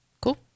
Cool